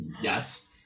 Yes